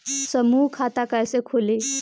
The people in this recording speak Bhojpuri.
समूह खाता कैसे खुली?